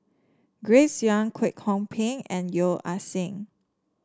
Grace Young Kwek Hong Png and Yeo Ah Seng